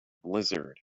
blizzard